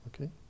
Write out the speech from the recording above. okay